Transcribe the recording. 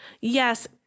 yes